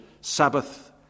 Sabbath